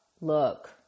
look